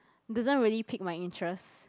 doesn't really pique my interest